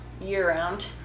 year-round